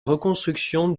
reconstruction